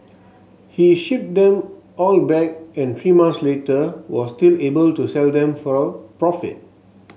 he shipped them all back and three months later was still able to sell them for a profit